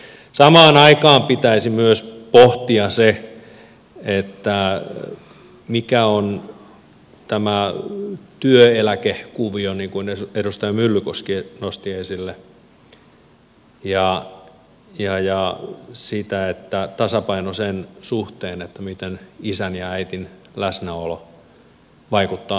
samaan aikaan pitäisi pohtia myös se mikä on tämä työeläkekuvio niin kuin edustaja myllykoski nosti esille ja mikä on tasapainoa sen suhteen miten isän ja äidin läsnäolo vaikuttaa lapsen elämään